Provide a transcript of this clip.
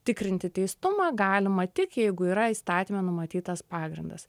tikrinti teistumą galima tik jeigu yra įstatyme numatytas pagrindas